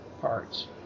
parts